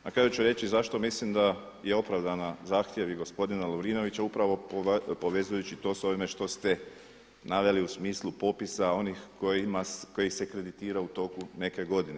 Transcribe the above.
Na kraju ću reći zašto mislim da je opravdana zahtjevi gospodina Lovrinovića upravo povezujući to s ovime što ste naveli u smislu popisa onih kojih se kreditira u toku neke godine.